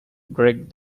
greg